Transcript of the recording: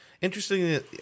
Interestingly